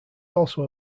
also